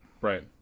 Right